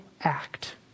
act